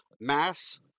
mass